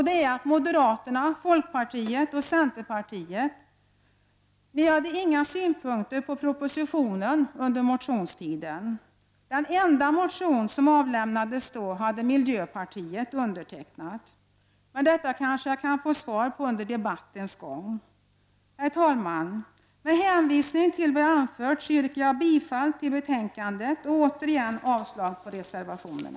Det är att moderaterna, folkpartiet och centerpartiet inte hade några synpunkter på propositionen under motionstiden. Den enda motionen som avlämnades då hade miljöpartiet undertecknat. Men detta kanske jag kan få svar på under debattens gång. Herr talman! Med hänvisning till vad jag anfört yrkar jag bifall till utskottets hemställan och återigen avslag på reservationerna.